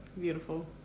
Beautiful